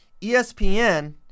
ESPN